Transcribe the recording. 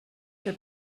que